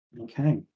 Okay